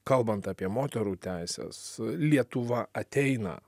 kalbant apie moterų teises lietuva ateina